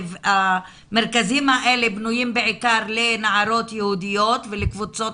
המרכזים האלה בנויים בעיקר לנערות יהודיות ולקבוצות